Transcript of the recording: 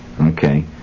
Okay